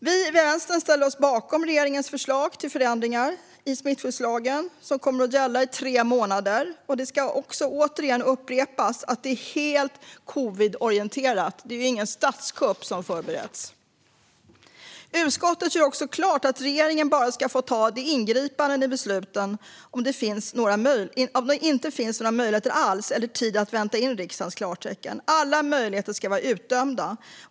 Vi i Vänstern ställer oss bakom regeringens förslag till förändringar i smittskyddslagen, som kommer att gälla i tre månader. Det ska återigen sägas att detta är helt covidorienterat - det är ingen statskupp som förbereds. Utskottet gör också klart att regeringen bara ska få ingripa genom sådana beslut om det inte finns några möjligheter alls eller någon tid att vänta in riksdagens klartecken. Alla möjligheter ska vara uttömda.